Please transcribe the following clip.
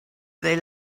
they